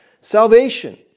salvation